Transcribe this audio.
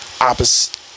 opposite